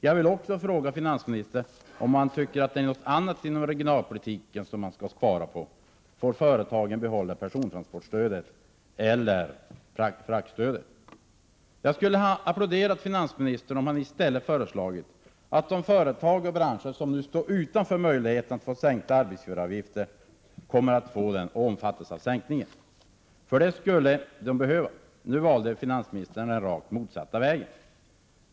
Jag vill också fråga finansministern om han tycker att det är något annat inom regionalpolitiken som man skall spara på; får företagen behålla persontransportstödet eller fraktstödet? Jag skulle ha applåderat finansministern om han i stället hade föreslagit att de företag och branscher som nu står utanför möjligheten att få sänkta arbetsgivaravgifter kommer att få denna möjlighet och omfattas av sänkningen. Det skulle de behöva. Nu valde finansministern den rakt motsatta vägen.